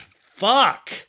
fuck